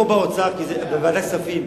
או שזה יעבור לוועדת הכספים,